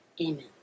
Amen